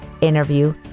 interview